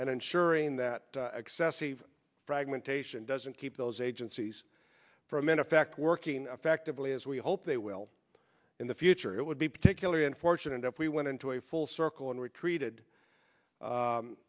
and ensuring that excessive fragmentation doesn't keep those agencies from in effect working effectively as we hope they will in the future it would be particularly unfortunate up we went into a full circle and were treated